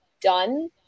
done